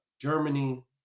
Germany